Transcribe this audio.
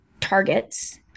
targets